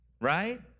Right